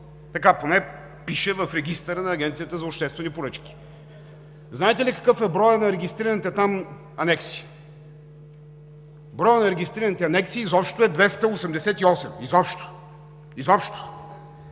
Така поне пише в регистъра на Агенцията за обществени поръчки. Знаете ли какъв е броят на регистрираните там анекси? Броят на регистрираните анекси изобщо е 288. Изобщо, изобщо!